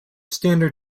standard